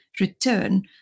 return